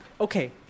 Okay